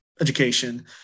education